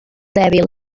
dèbil